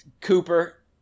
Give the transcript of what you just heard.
Cooper